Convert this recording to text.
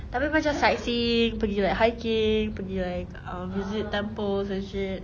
tapi macam sightseeing pergi like hiking pergi like um visit temples and shit